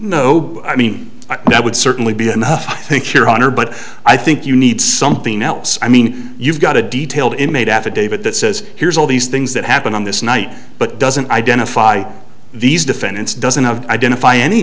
no i mean that would certainly be enough i think your honor but i think you need something else i mean you've got a detailed inmate affidavit that says here's all these things that happened on this night but doesn't identify these defendants doesn't have identify any